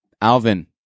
Alvin